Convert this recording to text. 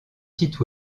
sites